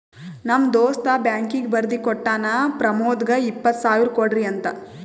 ನಮ್ ದೋಸ್ತ ಬ್ಯಾಂಕೀಗಿ ಬರ್ದಿ ಕೋಟ್ಟಾನ್ ಪ್ರಮೋದ್ಗ ಇಪ್ಪತ್ ಸಾವಿರ ಕೊಡ್ರಿ ಅಂತ್